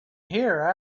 hear